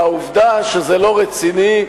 והעובדה שזה לא רציני,